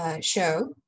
show